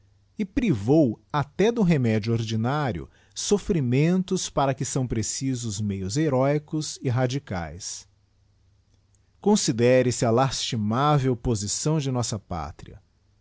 privou até do remédio ordinário sofflimentos para que são precisos meios heróicos e rsyçlicaconsídere se a lastimável posição de nossa pátria